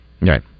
Right